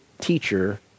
teacher